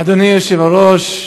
אדוני היושב-ראש,